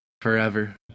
forever